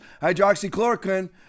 hydroxychloroquine